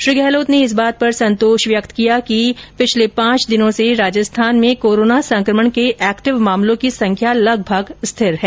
श्री गहलोत ने इस बात पर संतोष व्यक्त किया कि बीते पांच दिनों से राजस्थान में कोरोना संक्रमण के एक्टिव मामलों की संख्या लगभग स्थिर है